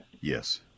Yes